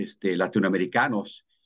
latinoamericanos